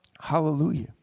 Hallelujah